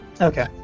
Okay